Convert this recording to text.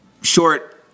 short